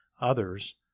others